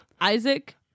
Isaac